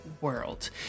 world